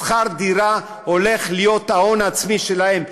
שכר הדירה הולך להיות ההון העצמי שלהן.